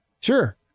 sure